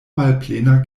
malplena